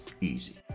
Easy